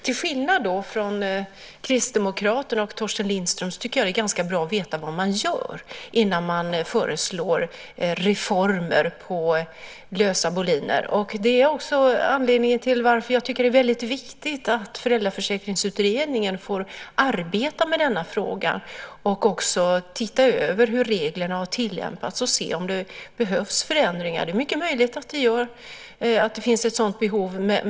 Till skillnad från Kristdemokraterna och Torsten Lindström tycker jag att det är ganska bra att veta vad man gör innan man föreslår reformer på lösa boliner. Det är också anledningen till att jag tycker att det är väldigt viktigt att Föräldraförsäkringsutredningen får arbeta med denna fråga och se över hur reglerna har tillämpats och om det behövs ändringar. Det är mycket möjligt att det finns ett sådant behov.